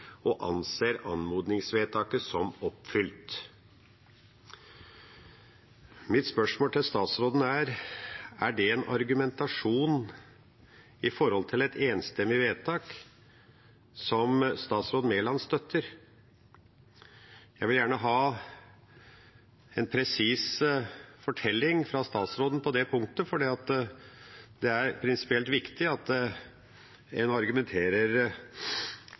og anser anmodningsvedtaket som oppfylt. Mitt spørsmål til statsråden er: Er det en argumentasjon – i forhold til et enstemmig vedtak – som statsråd Mæland støtter? Jeg vil gjerne ha en presis fortelling fra statsråden på det punktet, fordi det er prinsipielt viktig at en argumenterer